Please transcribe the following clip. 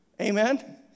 Amen